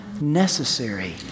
necessary